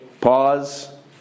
Pause